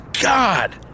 God